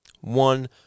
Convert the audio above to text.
one